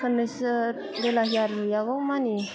खेबनैसो बेलाहिया रुइयागौमानि